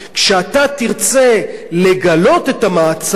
כשאתה תרצה לגלות את המעצר,